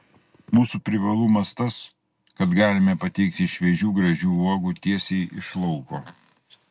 mūsų privalumas tas kad galime pateikti šviežių gražių uogų tiesiai iš lauko